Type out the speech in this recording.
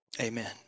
Amen